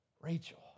Rachel